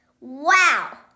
Wow